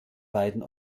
beiden